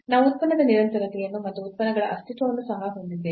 ನಾವು ಉತ್ಪನ್ನದ ನಿರಂತರತೆಯನ್ನು ಮತ್ತು ಉತ್ಪನ್ನಗಳ ಅಸ್ತಿತ್ವವನ್ನು ಸಹ ಹೊಂದಿದ್ದೇವೆ